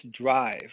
drive